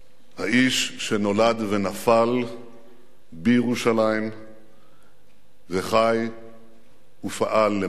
האיש שנולד ונפל בירושלים וחי ופעל למענה.